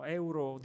euro